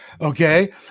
okay